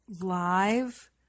live